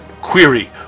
query